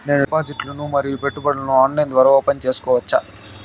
నేను డిపాజిట్లు ను మరియు పెట్టుబడులను ఆన్లైన్ ద్వారా ఓపెన్ సేసుకోవచ్చా?